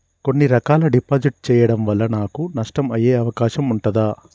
కొన్ని రకాల డిపాజిట్ చెయ్యడం వల్ల నాకు నష్టం అయ్యే అవకాశం ఉంటదా?